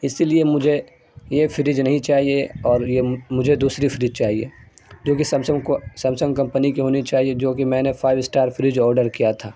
اسی لیے مجھے یہ فریج نہیں چاہیے اور یہ مجھے دوسری فریج چاہیے جو کہ سمسنگ سمسنگ کمپنی کی ہونی چاہیے جو کہ میں نے فائیو اسٹار فریج آرڈر کیا تھا